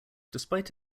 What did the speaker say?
despite